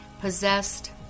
possessed